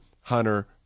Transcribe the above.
Hunter